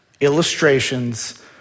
illustrations